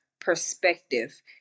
perspective